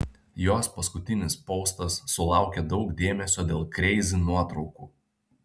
jos paskutinis postas sulaukė daug dėmesio dėl kreizi nuotraukų